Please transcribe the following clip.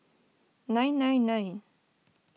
nine nine nine